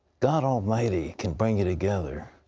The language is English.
god almighty can bring you together.